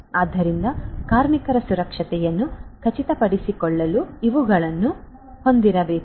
ಆದ್ದರಿಂದ ಕಾರ್ಮಿಕರ ಸುರಕ್ಷತೆಯನ್ನು ಖಚಿತಪಡಿಸಿಕೊಳ್ಳಲು ಇವುಗಳನ್ನು ಹೊಂದಿರಬಹುದು